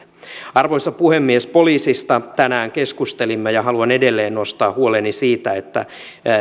arvoisa puhemies poliisista tänään keskustelimme ja haluan edelleen nostaa huoleni siitä että